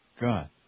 God